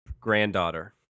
Granddaughter